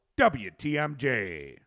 WTMJ